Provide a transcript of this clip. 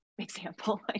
Example